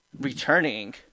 returning